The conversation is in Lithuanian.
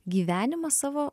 gyvenimą savo